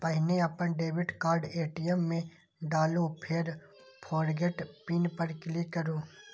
पहिने अपन debit card ATM मे डालू, फेर फोरगेट पिन पर क्लिक करू